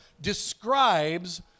describes